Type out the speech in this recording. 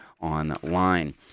online